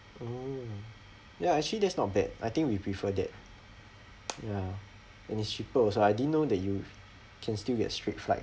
oh ya actually that's not bad I think we prefer that ya and it's cheaper also I didn't know that you can still get straight flight